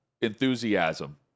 enthusiasm